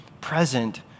present